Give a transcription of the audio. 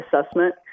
assessment